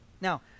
Now